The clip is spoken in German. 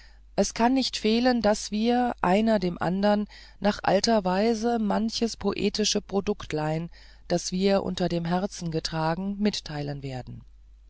es kann nicht fehlen daß wir einer dem andern nach alter weise manches poetische produktlein das wir unter dem herzen getragen mitteilen werden